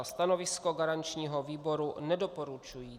Stanovisko garančního výboru je nedoporučující.